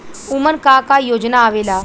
उमन का का योजना आवेला?